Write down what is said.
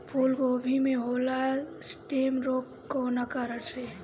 फूलगोभी में होला स्टेम रोग कौना कारण से?